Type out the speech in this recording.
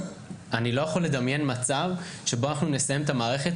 אני לא יכול לדמיין מצב שבו נסיים את המערכת